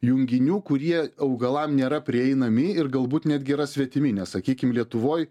junginių kurie augalam nėra prieinami ir galbūt netgi yra svetimi nes sakykim lietuvoj